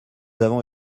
avons